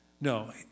No